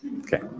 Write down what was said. Okay